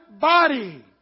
body